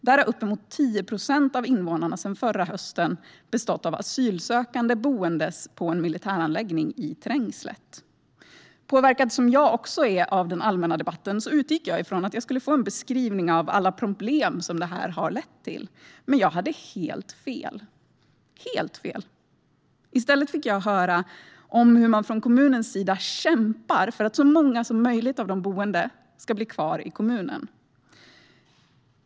Där har uppemot 10 procent av invånarna sedan förra hösten bestått av asylsökande boende på en militäranläggning ute i Trängslet. Påverkad som jag också är av den allmänna debatten utgick jag från att jag skulle få en beskrivning av alla de problem som detta har lett till. Men jag hade helt fel. I stället fick jag höra hur kommunen kämpar för att så många som möjligt av de boende ska bli kvar i kommunen.